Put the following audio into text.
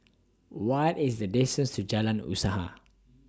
What IS The distance to Jalan Usaha